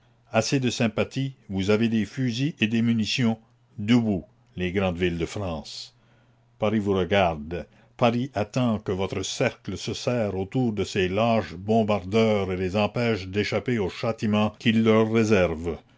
assez de sympathies vous avez des fusils et des munitions debout les grandes villes de france paris vous regarde paris attend que votre cercle se serre autour de ces lâches bombardeurs et les empêche d'échapper au châtiment qu'il leur réserve